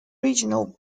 regional